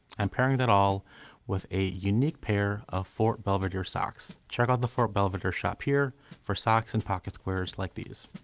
i'm pairing that all with a unique pair of fort belvedere socks ccheck out the fort belvedere shop here for socks and pocket squares like these.